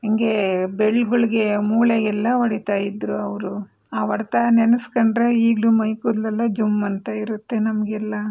ಹೀಗೆ ಬೆರಳುಗಳಿಗೆ ಮೂಳೆಗೆಲ್ಲ ಹೋಡೀತಾ ಇದ್ರು ಅವರು ಆ ಹೊಡೆತ ನೆನ್ಸ್ಕೊಂಡ್ರೆ ಈಗಲೂ ಮೈ ಕೂದಲೆಲ್ಲ ಜುಮ್ ಅಂತ ಇರುತ್ತೆ ನಮಗೆಲ್ಲ